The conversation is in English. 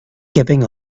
giving